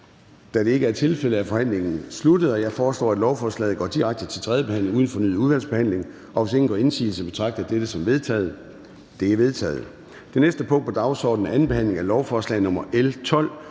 (udvalget med undtagelse af ALT)? De er vedtaget. Jeg foreslår, at lovforslaget går direkte til tredje behandling uden fornyet udvalgsbehandling, og hvis ingen gør indsigelse, betragter jeg dette som vedtaget. Det er vedtaget. --- Det næste punkt på dagsordenen er: 9) 2. behandling af lovforslag nr.